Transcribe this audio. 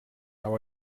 how